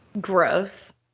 Gross